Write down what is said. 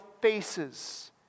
faces